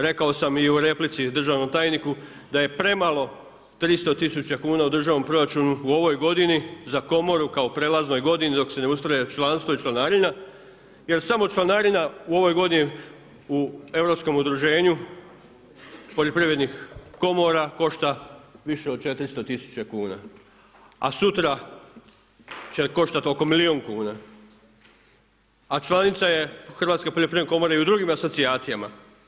Rekao sam i u replici državnom tajniku da je premalo 300 000 kuna u državnom proračunu u ovoj godini za komoru kao prelaznoj godini dok se ne ustroje članstvo i članarina jer samo članarina u ovoj godini u europskom udruženju poljoprivrednih komora košta više od 400 000 kuna a sutra će koštati oko milijun kuna a članica je HPK-a i u drugim asocijacijama.